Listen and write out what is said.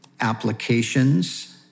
applications